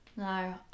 No